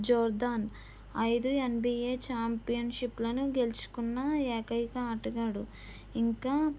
Jordan ఐదు NBA championship లను గెలుచుకున్న ఏకైక ఆటగాడు ఇంకా